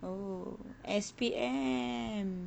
oh S_P_M